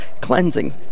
cleansing